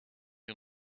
you